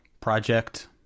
project